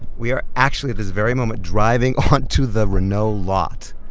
we are actually at this very moment driving onto the renault lot.